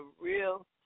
real